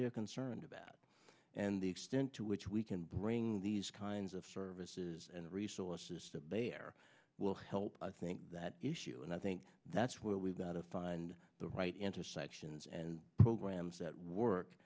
they're concerned about and the extent to which we can bring these kinds of services and resources to bear will help i think that issue and i think that's where we've got to find the right intersections and programs that work